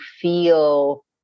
feel